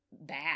bad